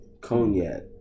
cognac